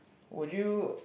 would you